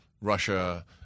Russia